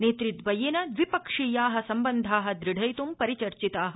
नेतृदवयेन दविपक्षीया सम्बन्धा दृढयित्ं परिचर्चिता